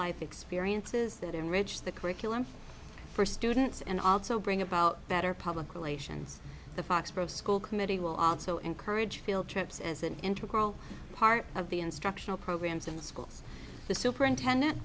life experiences that enrich the curriculum for students and also bring about better public relations the foxboro school committee will also encourage field trips as an integral part of the instructional programs in the schools the superintendent